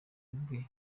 ubwe